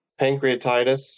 pancreatitis